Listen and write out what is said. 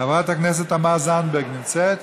חברת הכנסת תמר זנדברג נמצאת?